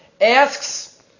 Asks